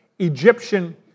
Egyptian